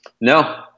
No